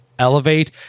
elevate